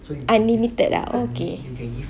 unlimited ah okay